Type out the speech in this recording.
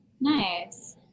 Nice